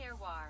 terroir